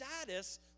status